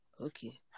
Okay